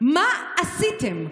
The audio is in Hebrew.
מה עשיתם?